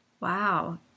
Wow